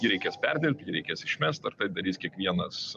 jį reikės perdirbt jį reikės išmest ar tai darys kiekvienas